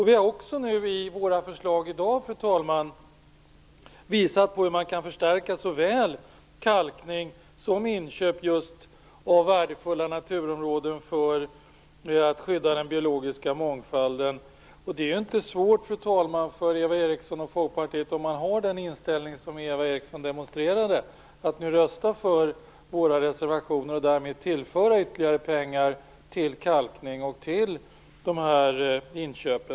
Vi har också i våra förslag i dag, fru talman, visat hur man kan förstärka såväl kalkning som inköp av just värdefulla naturområden för att skydda den biologiska mångfalden. Det är inte svårt, fru talman, för Eva Eriksson och Folkpartiet, om man har den inställning som Eva Eriksson demonstrerade, att rösta för våra reservationer och därmed tillföra ytterligare pengar till kalkning och till dessa inköp.